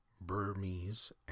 Burmese